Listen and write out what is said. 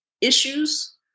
issues